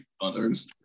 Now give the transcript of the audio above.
others